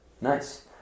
Nice